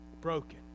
broken